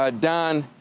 ah don,